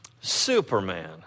Superman